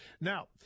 Now